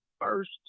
first